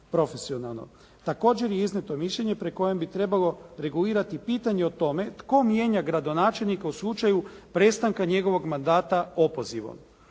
profesionalno. Također je iznijeto mišljenje pri kojem bi trebalo regulirati pitanje o tome tko mijenja gradonačelnika u slučaju prestanka njegovog mandata opozivom.